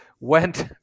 Went